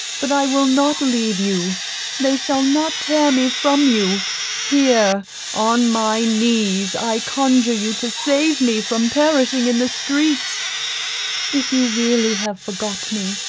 but i will not leave you they shall not tear me from you here on my knees i conjure you to save me from perishing in the streets if you really have forgot me,